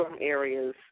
areas